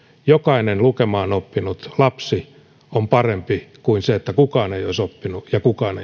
jokainen lukemaan oppinut lapsi on parempi kuin se että kukaan ei olisi oppinut ja kukaan